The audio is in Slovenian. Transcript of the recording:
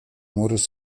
moreš